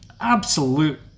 Absolute